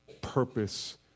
purpose